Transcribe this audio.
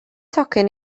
tocyn